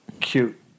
Cute